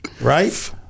right